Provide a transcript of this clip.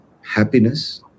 happiness